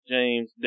James